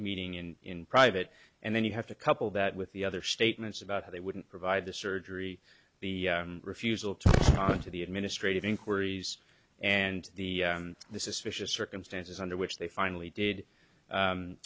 meeting and in private and then you have to couple that with the other statements about how they wouldn't provide the surgery the refusal to talk to the administrative inquiries and the the suspicious circumstances under which they finally did